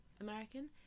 American